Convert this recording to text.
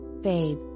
babe